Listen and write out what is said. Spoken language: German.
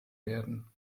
werden